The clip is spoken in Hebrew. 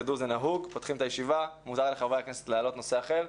תדעו שזה נהוג שבפתיחת הישיבה מותר לחברי הכנסת להעלות נושא אחר.